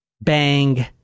bang